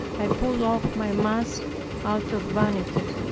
i pulled off my mask out of vanity.